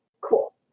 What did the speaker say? Cool